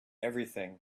everything